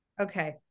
Okay